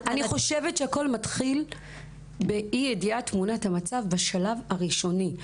אני חושבת שהכול מתחיל באי ידיעת תמונת המצב בשלב הראשוני.